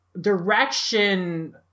direction